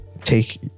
take